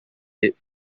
dead